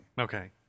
Okay